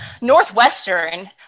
Northwestern